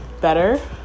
better